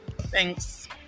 Thanks